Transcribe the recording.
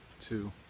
two